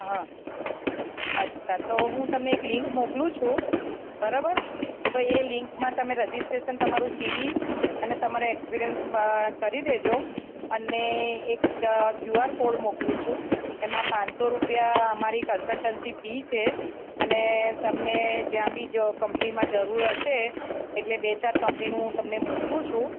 હ અચ્છા તો હું તમને એક લિન્ક મોકલું છું બરાબર તો એ લિન્કમાં તમે રજીસ્ટ્રેશન તમારું સીવી અને તમારા એક્સપિરિયન્સ બ કરી દેજો અને એક ક્યુઆર કોડ મોકલું છું એમાં પાંચસો રૂપિયા અમારી કન્સલ્ટન્સી ફી છે અને તમને જ્યાં બી જો કંપનીમાં જરૂર હશે એટલે બે ચાર કંપનીનું હું તમને મોકલું છું